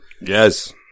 Yes